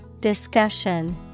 Discussion